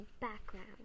background